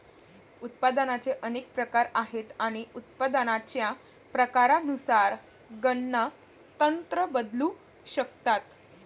उत्पादनाचे अनेक प्रकार आहेत आणि उत्पादनाच्या प्रकारानुसार गणना तंत्र बदलू शकतात